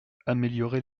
améliorer